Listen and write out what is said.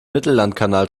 mittellandkanal